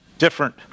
different